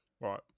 Right